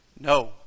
No